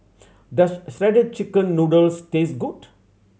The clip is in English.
does Shredded Chicken Noodles taste good